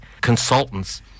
consultants